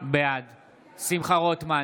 בעד שמחה רוטמן,